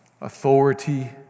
authority